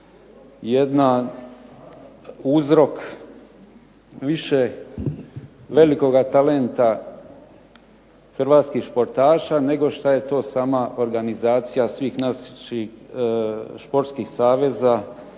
jedna uzrok više velikoga talenta hrvatskih sportaša, nego šta je to sama organizacija svih naših športskih saveza